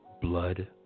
Blood